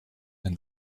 and